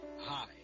Hi